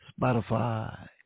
Spotify